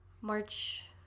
March